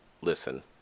listen